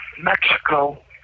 Mexico